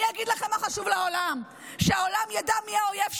אני אגיד לכם מה חשוב לעולם: שהעולם ידע מי האויב שלנו,